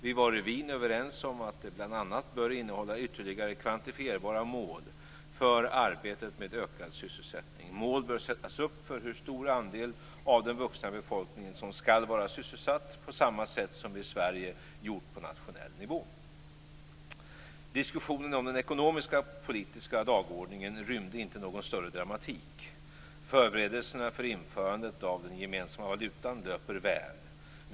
Vi var i Wien överens om att det bl.a. bör innehålla ytterligare kvantifierbara mål för arbetet med ökad sysselsättning. Mål bör sättas upp för hur stor andel av den vuxna befolkningen som skall vara sysselsatta på samma sätt som vi i Sverige har gjort på nationell nivå. Diskussionen om den ekonomiska politiska dagordningen rymde inte någon större dramatik. Förberedelserna för införandet av den gemensamma valutan löper väl.